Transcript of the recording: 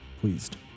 pleased